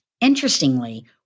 Interestingly